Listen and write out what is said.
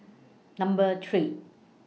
Number three